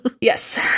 Yes